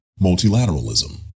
multilateralism